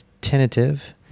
tentative